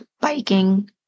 biking